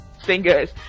singers